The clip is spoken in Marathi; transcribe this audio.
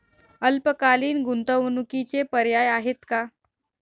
अल्पकालीन गुंतवणूकीचे पर्याय आहेत का?